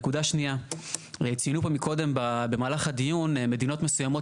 נקודה שנייה: ציינו פה מקודם במהלך הדיון מדינות מסוימות